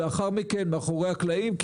לאחר מכן מאחרוני הקלעים,